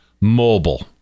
mobile